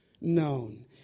Known